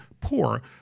poor